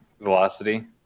velocity